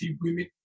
women